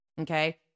Okay